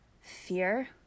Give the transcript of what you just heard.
fear